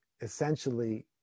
essentially